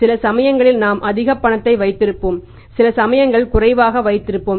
சில சமயங்களில் நாம் அதிக பணத்தை வைத்திருப்போம் சில சமயங்களில் குறைவாக வைத்திருப்போம்